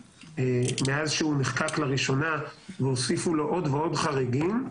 מאז שהוא נחקק לראשונה והוסיפו לו עוד ועוד חריגים,